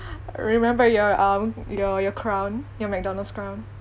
remember your um your your crown your mcdonald's crown